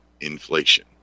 inflation